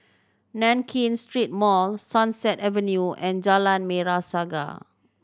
Nankin Street Mall Sunset Avenue and Jalan Merah Saga